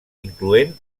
incloent